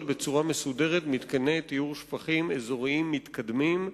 בצורה מסודרת מתקני טיהור שפכים אזוריים מתקדמים,